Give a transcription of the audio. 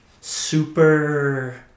super